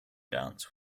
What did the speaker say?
dance